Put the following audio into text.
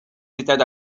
seated